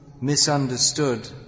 misunderstood